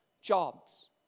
jobs